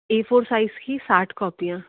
ए four size की साठ कौपियाँ